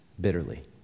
bitterly